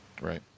Right